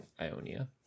Ionia